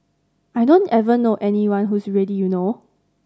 I don't ever know anyone who's ready you know